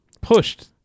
pushed